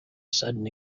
sudden